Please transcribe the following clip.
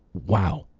wow.